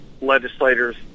legislators